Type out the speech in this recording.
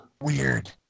Weird